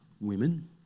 women